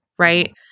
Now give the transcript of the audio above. Right